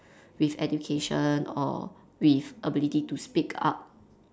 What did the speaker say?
with education or with ability to speak up